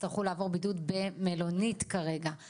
יצטרכו לעבור בידוד במלונית כרגע,